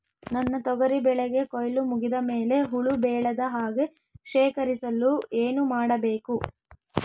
ನನ್ನ ತೊಗರಿ ಬೆಳೆಗೆ ಕೊಯ್ಲು ಮುಗಿದ ಮೇಲೆ ಹುಳು ಬೇಳದ ಹಾಗೆ ಶೇಖರಿಸಲು ಏನು ಮಾಡಬೇಕು?